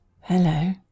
Hello